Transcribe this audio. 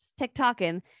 TikToking